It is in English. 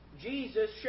Jesus